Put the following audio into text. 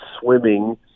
swimming